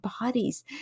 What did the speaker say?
bodies